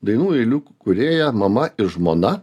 dainų eilių kūrėja mama ir žmona